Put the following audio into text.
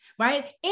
Right